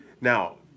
Now